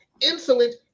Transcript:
insolent